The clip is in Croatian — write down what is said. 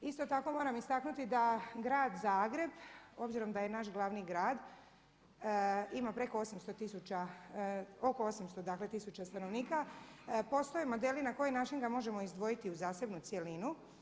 Isto tako moram istaknuti da grad Zagreb, obzirom da je naš glavni grad ima preko 800 tisuća, oko 800 dakle tisuća stanovnika, postoje modeli na koji način ga možemo izdvojiti u zasebnu cjelinu.